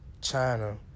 China